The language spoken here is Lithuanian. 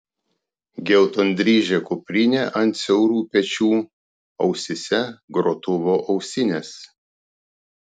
geltondryžė kuprinė ant siaurų pečių ausyse grotuvo ausinės